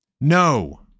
no